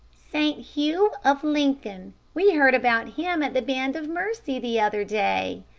saint hugh, of lincoln. we heard about him at the band of mercy the other day,